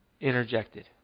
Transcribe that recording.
interjected